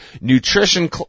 nutrition